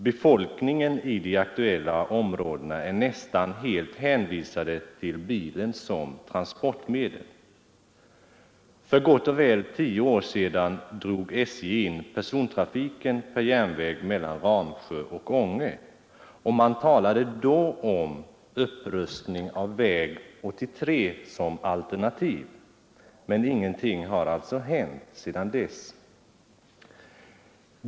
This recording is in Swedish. Befolkningen i de aktuella områdena är nästan helt hänvisad till bilen som transportmedel. För gott och väl tio år sedan drog SJ in persontrafiken per järnväg mellan Ramsjö och Ånge, och man talade då om upprustning av väg 83 som alternativ, men ingenting har alltså hänt sedan dess.